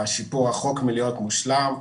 השיפור רחוק מלהיות מושלם,